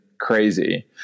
crazy